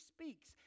speaks